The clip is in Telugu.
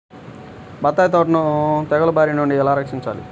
బత్తాయి తోటను తెగులు బారి నుండి ఎలా రక్షించాలి?